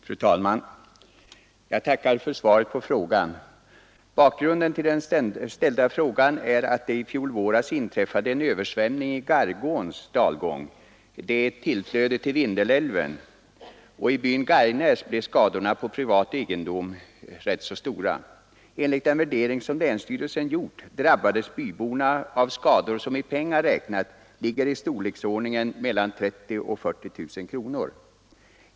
Fru talman! Jag tackar för svaret på frågan. Bakgrunden till den är att det i fjol våras inträffade en översvämning i Gargåns dalgång. Ån är ett tillflöde till Vindelälven. I byn Gargnäs blev skadorna på privat egendom rätt stora. Enligt den värdering som länsstyrelsen har gjort drabbades byborna av skador för mellan 30 000 och 40 000 kronor.